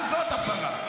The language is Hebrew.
גם זאת הפרה.